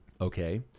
Okay